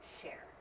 share